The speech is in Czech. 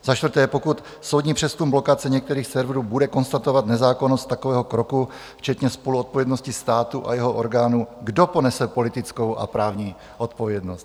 Za čtvrté, pokud soudní přezkum blokace některých serverů bude konstatovat nezákonnost takového kroku, včetně spoluzodpovědnosti státu a jeho orgánů, kdo ponese politickou a právní odpovědnost?